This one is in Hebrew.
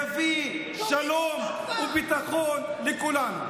רק זה יביא שלום וביטחון לכולם.